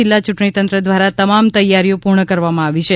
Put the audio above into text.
જિલ્લા ચ્રંટણી તંત્ર દ્વારા તમામ તૈયારીઓ પૂર્ણ કરવામાં આવી છે